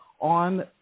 on